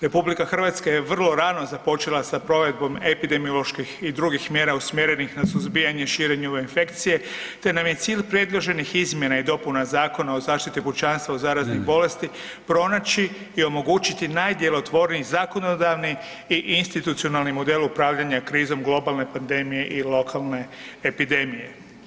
RH je vrlo rano započela sa provedbom epidemioloških i drugih mjera usmjerenih na suzbijanje i širenje ove infekcije te nam je cilj predloženih izmjena i dopuna Zakona o zaštiti pučanstva od zaraznih bolesti pronaći i omogućiti najdjelotvorniji zakonodavni i institucionalni model upravljanja krizom globalne pandemije i lokalne epidemije.